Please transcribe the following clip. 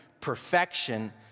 perfection